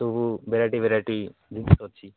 ସବୁ variety variety ଜିନିଷ ଅଛି